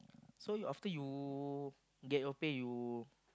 so you after you get your pay you